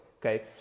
Okay